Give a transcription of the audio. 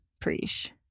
Preach